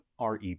REP